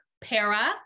para